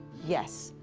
yes.